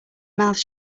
mouth